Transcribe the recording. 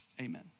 amen